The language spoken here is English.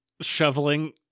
shoveling